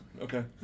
Okay